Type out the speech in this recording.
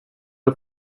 det